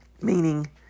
meaning